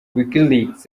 wikileaks